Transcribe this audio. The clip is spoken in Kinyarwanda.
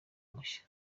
mushya